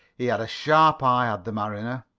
he had a sharp eye, had the mariner,